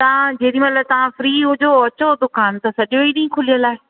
तव्हां जेॾी महिल तव्हां फ्री हुजो अचो दुकानु त सॼो ई ॾींहं खुलियल आहे